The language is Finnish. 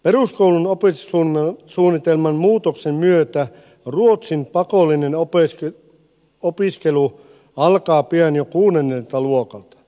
peruskoulun opetussuunnitelman muutoksen myötä ruotsin pakollinen opiskelu alkaa pian jo kuudennelta luokalta